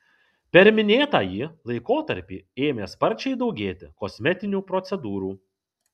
per minėtąjį laikotarpį ėmė sparčiai daugėti kosmetinių procedūrų